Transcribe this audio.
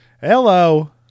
hello